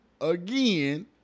again